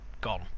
gone